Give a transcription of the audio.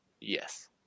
Yes